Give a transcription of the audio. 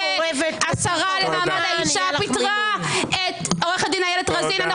והשרה למעמד האישה פיטרה את עורכת הדין איילת רזין.